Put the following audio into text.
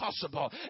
possible